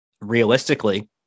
realistically